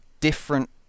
different